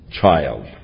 child